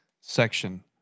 section